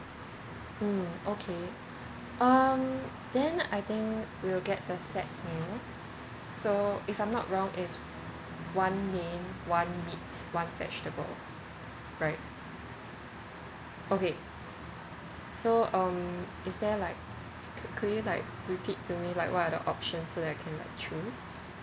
mm okay um then I think we'll get the set meal so if I'm not wrong it's one main one meat one vegetable right okay s~ so um is there like c~ could you like repeat to me like what are the option so that I can choose